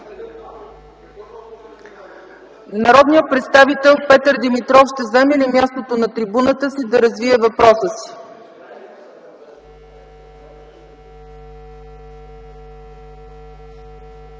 Народният представител Петър Димитров ще заеме ли мястото на трибуната, за да развие въпроса си?